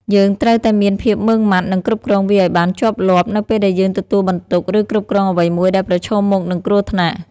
យើងត្រូវតែមានភាពម៉ឺងម៉ាត់ និងគ្រប់គ្រងវាឱ្យបានជាប់លាប់ នៅពេលដែលយើងទទួលបន្ទុក ឬគ្រប់គ្រងអ្វីមួយដែលប្រឈមមុខនឹងគ្រោះថ្នាក់ ។